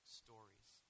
stories